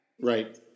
Right